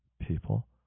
people